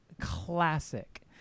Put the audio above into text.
classic